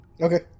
Okay